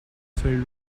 filled